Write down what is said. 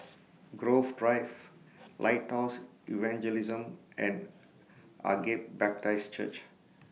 Grove Drive Lighthouse Evangelism and Agape Baptist Church